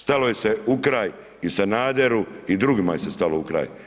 Stalo se u kraj i Sanaderu i drugim se stalo u kraj.